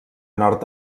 nord